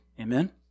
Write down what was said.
Amen